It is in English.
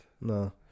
No